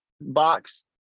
box